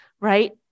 right